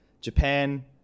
Japan